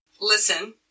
Listen